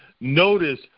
Notice